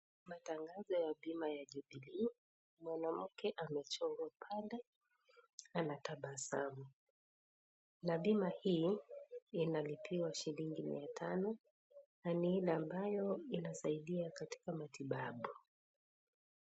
Matangazo ya bima ya Jubilee, mwanamke amechorwa pale anatabasamu na bima hii inalipiwa shilingi mia tano na ni ile ambayo inasaidia katika matibabu.